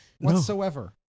whatsoever